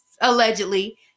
allegedly